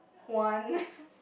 one